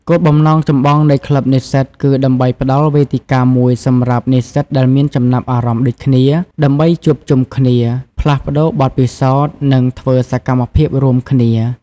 គោលបំណងចម្បងនៃក្លឹបនិស្សិតគឺដើម្បីផ្តល់វេទិកាមួយសម្រាប់និស្សិតដែលមានចំណាប់អារម្មណ៍ដូចគ្នា ដើម្បីជួបជុំគ្នា ផ្លាស់ប្តូរបទពិសោធន៍ និងធ្វើសកម្មភាពរួមគ្នា។